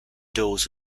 those